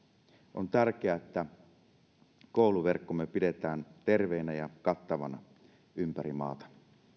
on tärkeää että kouluverkkomme pidetään terveenä ja kattavana ympäri maata